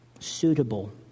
suitable